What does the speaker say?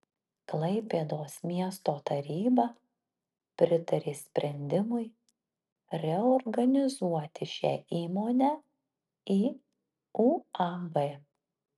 klaipėdos miesto taryba pritarė sprendimui reorganizuoti šią įmonę į uab